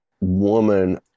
woman